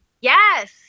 Yes